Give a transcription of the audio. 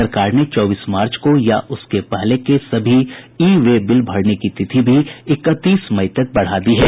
सरकार ने चौबीस मार्च को या उससे पहले के सभी ई वे बिल भरने की तिथि भी इकतीस मई तक बढ़ा दी है